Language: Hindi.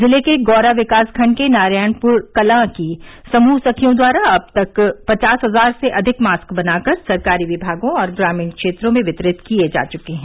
जिले के गौरा विकासखण्ड के नारायणपुर कलां की समूह सखियों द्वारा अब तक पचास हजार से अधिक मास्क बनाकर सरकारी विभागों और ग्रामीण क्षेत्रों में वितरित किए जा चुके हैं